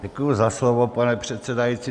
Děkuji za slovo, pane předsedající.